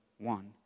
one